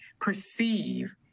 perceive